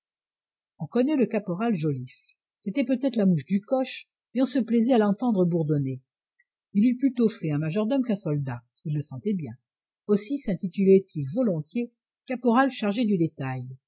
on connaît le caporal joliffe c'était peut-être la mouche du coche mais on se plaisait à l'entendre bourdonner il eût plutôt fait un majordome qu'un soldat il le sentait bien aussi sintitulait il volontiers caporal chargé du détail